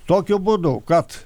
tokiu būdu kad